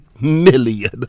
million